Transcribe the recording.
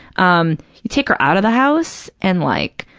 um you take her out of the house and like,